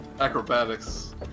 acrobatics